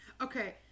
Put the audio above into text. Okay